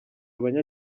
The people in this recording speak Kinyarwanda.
abanya